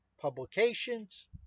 publications